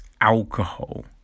alcohol